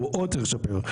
מאוד צריך לשפר,